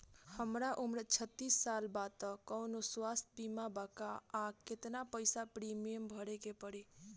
हमार उम्र छत्तिस साल बा त कौनों स्वास्थ्य बीमा बा का आ केतना पईसा प्रीमियम भरे के पड़ी?